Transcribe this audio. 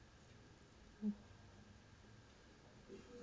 mm